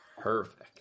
Perfect